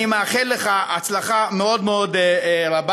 אני מאחל לך הצלחה מאוד מאוד רבה,